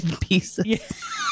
pieces